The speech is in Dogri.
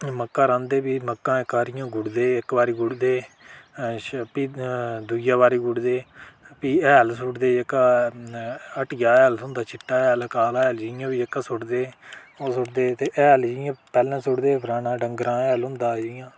हून मक्कां रांह्दे फ्ही मक्कां इक बारी गुड्डदे इक बारी गुड्डदे श फ्ही दुइयै बारी गुड्डदे फ्ही हैल सुट्टदे जेह्का हट्टिया हैल थ्होंदा चिट्टा हैल काला हैल जेहा बी जेह्का सुट्टदे ओह् सुट्टदे ते हैल जियां पैह्लैं सुट्टदे हे पराना डंगरे दा हैल होंदा जियां